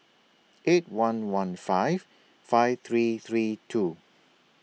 eight one one five five three three two